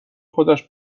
خودش